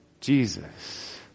Jesus